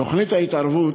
תוכנית ההתערבות,